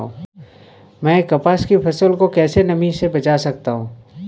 मैं कपास की फसल को कैसे नमी से बचा सकता हूँ?